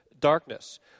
darkness